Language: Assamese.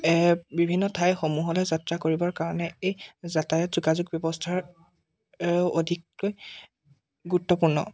এই বিভিন্ন ঠাইসমূহলৈ যাত্ৰা কৰিবৰ কাৰণে এই যাতায়ত যোগাযোগ ব্যৱস্থাৰ অধিককৈ গুৰুত্বপূৰ্ণ